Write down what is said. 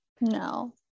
No